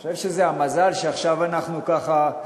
אני חושב שזה המזל שעכשיו אנחנו ככה,